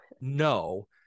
No